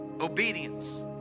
obedience